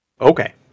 Okay